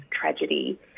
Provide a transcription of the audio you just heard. tragedy